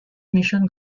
mission